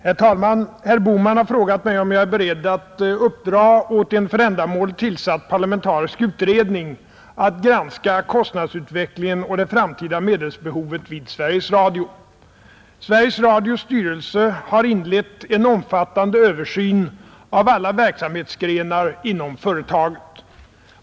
Herr talman! Herr Bohman har frågat mig om jag är beredd att uppdra åt en för ändamålet tillsatt parlamentarisk utredning att granska kostnadsutvecklingen och det framtida medelsbehovet vid Sveriges Radio. Sveriges Radios styrelse har nlett en omfattande översyn av alla Nr 73 verksamhetsgrenar inom företaget.